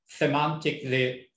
semantically